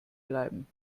bleiben